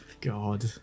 God